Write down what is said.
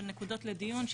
של נקודות לדיון,